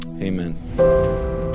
amen